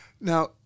Now